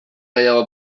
gehiago